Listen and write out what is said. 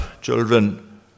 children